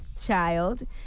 child